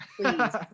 please